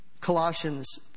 Colossians